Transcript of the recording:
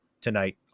tonight